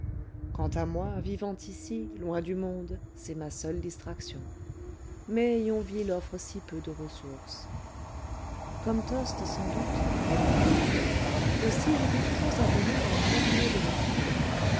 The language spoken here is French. quant à moi vivant ici loin du monde c'est ma seule distraction mais yonville offre si peu de ressources comme tostes sans doute reprit emma aussi j'étais toujours abonnée à un cabinet de lecture